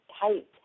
tight